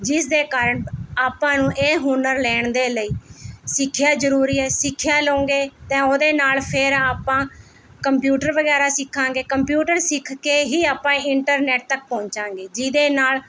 ਜਿਸ ਦੇ ਕਾਰਨ ਆਪਾਂ ਨੂੰ ਇਹ ਹੁਨਰ ਲੈਣ ਦੇ ਲਈ ਸਿੱਖਿਆ ਜ਼ਰੂਰੀ ਹੈ ਸਿੱਖਿਆ ਲਓਂਗੇ ਤਾਂ ਉਹਦੇ ਨਾਲ਼ ਫਿਰ ਆਪਾਂ ਕੰਪਿਊਟਰ ਵਗੈਰਾ ਸਿੱਖਾਂਗੇ ਕੰਪਿਊਟਰ ਸਿੱਖ ਕੇ ਹੀ ਆਪਾਂ ਇੰਟਰਨੈਟ ਤੱਕ ਪਹੁੰਚਾਂਗੇ ਜਿਹਦੇ ਨਾਲ਼